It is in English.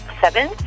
seven